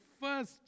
first